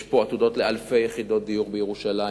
יש פה עתודות לאלפי יחידות דיור בירושלים,